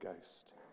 Ghost